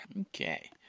Okay